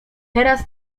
teraz